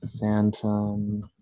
Phantom